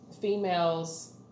females